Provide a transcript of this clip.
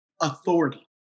authority